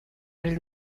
del